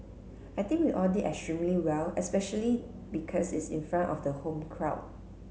I think we all did extremely well especially because it's in front of the home crowd